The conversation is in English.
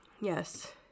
Yes